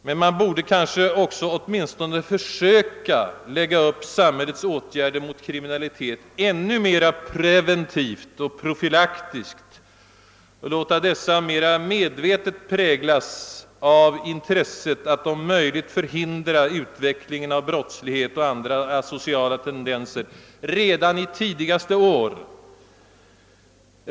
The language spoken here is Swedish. Men man borde kanske också åtminstone försöka lägga upp samhällets åtgärder mot kriminalitet ännu mera preventivt och profylaktiskt och låta dessa mera medvetet präglas av intresset att om möjligt förhindra utvecklingen av brottslighet och andra asociala tendenser redan i tidigaste år.